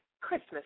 christmas